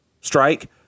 strike